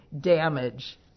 damage